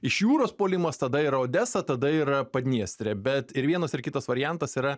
iš jūros puolimas tada yra odesa tada yra padniestrė bet ir vienas ir kitas variantas yra